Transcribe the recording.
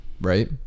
right